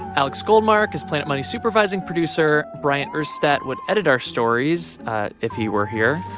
alex goldmark is planet money's supervising producer. bryant urstadt would edit our stories if he were here.